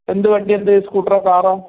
എന്ത് വണ്ടിയുണ്ട് സ്കൂട്ടറോ കാറോ